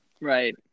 Right